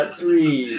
three